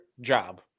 job